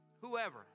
whoever